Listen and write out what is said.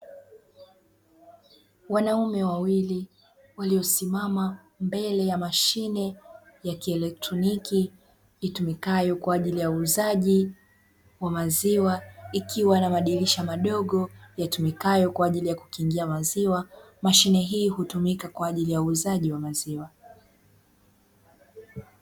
Wanaume wawili waliosimama mbele ya mashine ya kielektroniki itumikayo kwa ajili ya uuzaji wa maziwa, ikiwa na madirisha madogo yatumikayo kwa ajili ya kukingia maziwa. Mashine hii hutumika kwa ajili ya uuzaji wa maziwa.